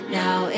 now